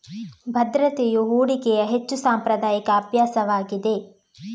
ಭದ್ರತೆಯು ಹೂಡಿಕೆಯ ಹೆಚ್ಚು ಸಾಂಪ್ರದಾಯಿಕ ಅಭ್ಯಾಸವಾಗಿದೆ